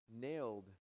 nailed